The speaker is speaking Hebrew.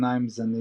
התחתנה עם זניטסו